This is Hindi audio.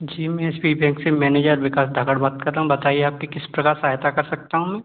जी मैं एस पी बैंक से मैनेजर विकास धाकड़ बात कर रहा हूँ बताइए आपकी किस प्रकार सहायता कर सकता हूँ